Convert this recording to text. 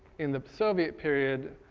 in the soviet period,